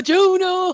Juno